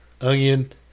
onion